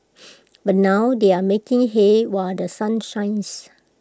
but now they are making hay while The Sun shines